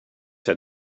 had